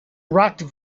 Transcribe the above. rocked